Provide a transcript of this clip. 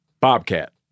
bobcat